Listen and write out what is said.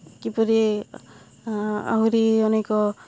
କିପରି ଆହୁରି ଅନେକ